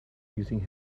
using